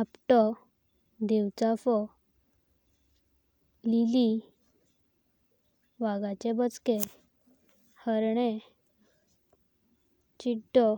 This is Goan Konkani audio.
आपतो, आपतो। देवचाफो, लिली, वाघाचो बाचके। हरणे, चिड्डो।